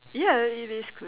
ya it is cool